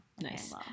nice